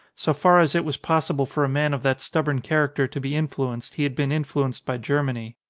so far as it was possible for a man of that stubborn character to be influenced he had been influenced by ger many.